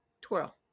twirl